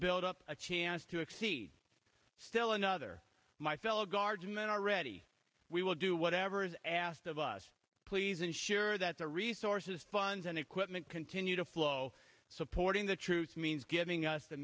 buildup a chance to exceed still another my fellow guardsmen are ready we will do whatever is asked of us please ensure that the resources funds and equipment continue to flow supporting the troops means giving us the